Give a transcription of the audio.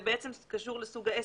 הרבה פעמים זה קשור לסוג העסק.